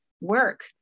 work